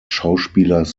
schauspielers